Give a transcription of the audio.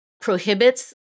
prohibits